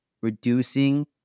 reducing